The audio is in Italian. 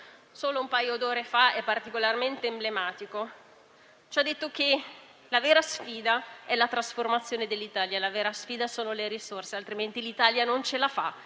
solo un paio d'ore fa è particolarmente emblematico): ci ha detto che la vera sfida è la trasformazione dell'Italia; la vera sfida sono le risorse, altrimenti l'Italia non ce la fa.